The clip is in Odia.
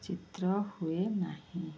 ଚିତ୍ର ହୁଏ ନାହିଁ